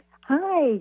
Hi